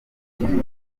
kiliziya